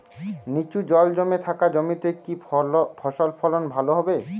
নিচু জল জমে থাকা জমিতে কি ফসল ফলন ভালো হবে?